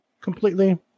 completely